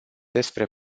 despre